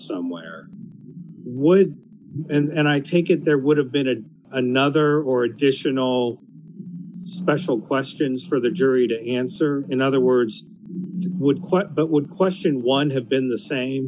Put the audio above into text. somewhere would and i take it there would have been an another or additional special questions for the jury to answer in other words would quite but would question one have been the same